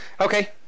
Okay